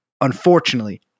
Unfortunately